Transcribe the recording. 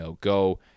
go